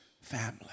family